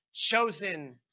Chosen